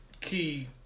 key